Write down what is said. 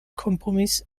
kompromiss